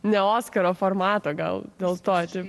ne oskaro formato gal dėl to